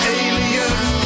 aliens